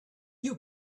you